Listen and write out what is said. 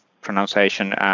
pronunciation